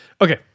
Okay